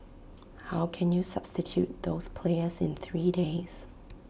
how can you substitute those players in three days